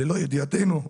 ללא ידיעתנו,